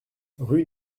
rue